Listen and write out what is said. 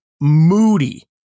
moody